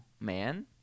man